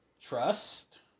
trust